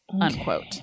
unquote